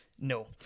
no